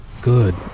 Good